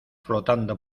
flotando